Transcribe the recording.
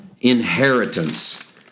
inheritance